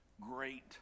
great